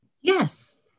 Yes